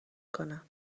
کنند